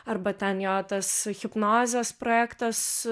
arba ten jo tas hipnozės projektas